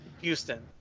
Houston